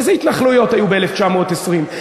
איזה התנחלויות היו ב-1920?